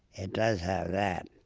it does have that.